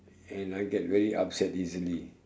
and I get very upset easily